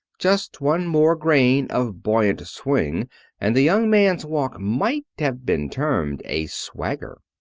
just one more grain of buoyant swing and the young man's walk might have been termed a swagger.